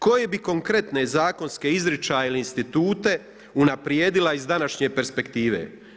Koje bi konkretne zakonske izričaje ili institute unaprijedila iz današnje perspektive?